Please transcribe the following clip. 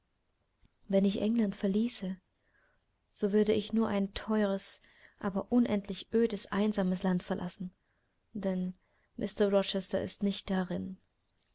wenn ich england verließe so würde ich nur ein teures aber unendlich ödes einsames land verlassen denn mr rochester ist nicht darin